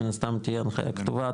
מן הסתם זאת תהיה הנחיה כתובה,